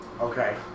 Okay